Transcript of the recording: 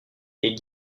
est